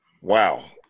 Wow